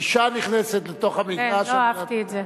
אשה נכנסת לתוך המגרש על מנת, כן, לא אהבתי את זה.